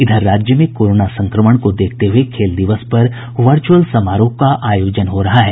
इधर राज्य में कोरोना संक्रमण को देखते हुये खेल दिवस पर वर्चुअल समारोह का आयोजन हो रहा है